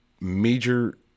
major